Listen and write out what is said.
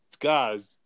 Guys